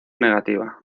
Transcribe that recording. negativa